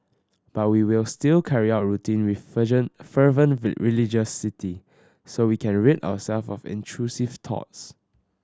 but we will still carry out routing with fervent religiosity so we can rid ourselves of intrusive thoughts